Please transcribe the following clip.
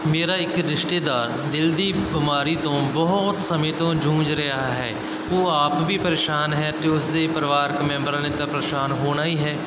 ਮੇਰਾ ਇੱਕ ਰਿਸ਼ਤੇਦਾਰ ਦਿਲ ਦੀ ਬਿਮਾਰੀ ਤੋਂ ਬਹੁਤ ਸਮੇਂ ਤੋਂ ਜੂਝ ਰਿਹਾ ਹੈ ਉਹ ਆਪ ਵੀ ਪਰੇਸ਼ਾਨ ਹੈ ਅਤੇ ਉਸਦੇ ਪਰਿਵਾਰਕ ਮੈਂਬਰਾਂ ਨੇ ਤਾਂ ਪਰੇਸ਼ਾਨ ਹੋਣਾ ਹੀ ਹੈ